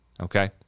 okay